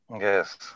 Yes